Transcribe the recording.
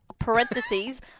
parentheses